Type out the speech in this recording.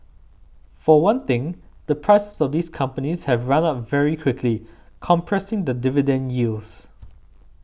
for one thing the prices of these companies have run up very quickly compressing the dividend yields